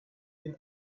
bin